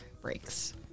breaks